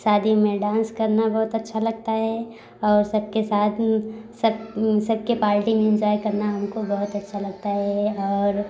शादी में डांस करना बहुत अच्छा लगता है और सबके साथ सब सबके पाल्टी में इन्जॉय करना हमको बहुत अच्छा लगता है और